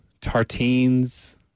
tartines